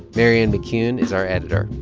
marianne mccune is our editor.